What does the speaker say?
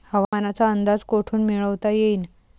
हवामानाचा अंदाज कोठून मिळवता येईन?